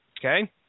Okay